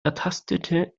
ertastete